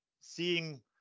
seeing